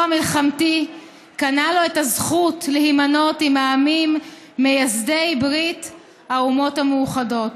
המלחמתי קנה לו את הזכות להימנות עם העמים מייסדי ברית האומות המאוחדות.